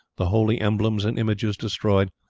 the holy emblems and images destroyed,